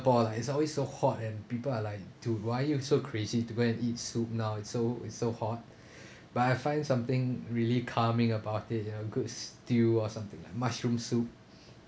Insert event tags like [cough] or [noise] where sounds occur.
~pore like it's always so hot and people are like to why you so crazy to go and eat soup now it's so it's so hot [breath] but I find something really calming about it you know good stew or something like mushroom soup [breath]